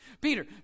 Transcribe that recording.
Peter